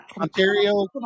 Ontario